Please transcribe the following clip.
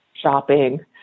shopping